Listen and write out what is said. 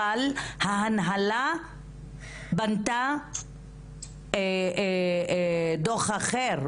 אבל ההנהלה בנתה דוח אחר,